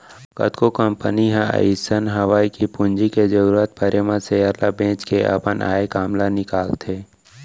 कतको कंपनी ह अइसन हवय कि पूंजी के जरूरत परे म सेयर ल बेंच के अपन आय काम ल निकालथे